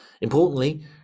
Importantly